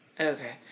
Okay